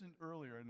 earlier